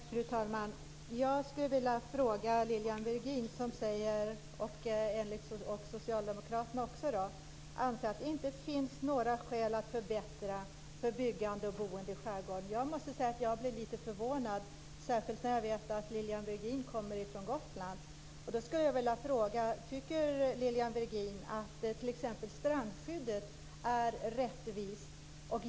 Fru talman! Jag skulle vilja ställa en fråga till Lilian Virgin. Hon och socialdemokraterna anser att det inte finns några skäl att förbättra för byggande och boende i skärgården. Jag måste säga att jag blev lite förvånad, särskilt eftersom jag vet att Lilian Virgin kommer från Gotland. Jag skulle vilja fråga om Lilian Virgin tycker att t.ex. strandskyddet är rättvist.